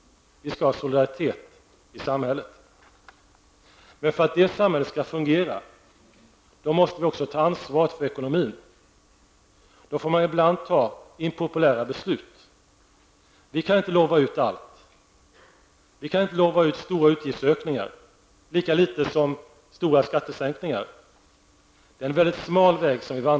Vi skall ha solidaritet i samhället. För att det samhället skall kunna fungera måste vi också ta ansvar för ekonomin. Det gör att man ibland måste fatta impopulära beslut. Vi kan inte lova allt, inte stora utgiftsökningar lika litet som stora skattesänkningar. Vi vandrar på en mycket smal väg.